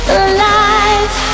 alive